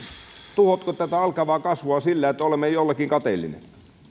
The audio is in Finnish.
tuhotko tätä alkavaa kasvua sillä että olemme jollekin kateellisia